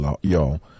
y'all